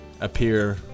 appear